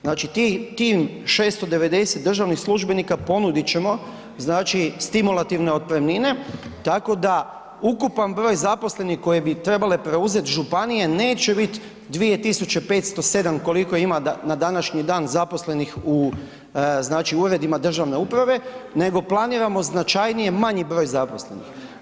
Znači, tim 690 državnih službenika ponudit ćemo, znači, stimulativne otpremnine, tako da ukupan broj zaposlenih koje bi trebale preuzeti županije, neće bit 2507 koliko ima na današnji dan zaposlenih u, znači, Uredima državne uprave, nego planiramo značajnije manji broj zaposlenih.